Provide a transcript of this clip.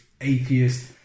atheist